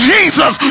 Jesus